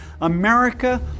America